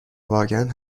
واقعا